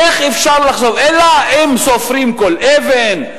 אלא אם סופרים כל אבן,